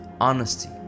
honesty